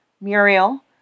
Muriel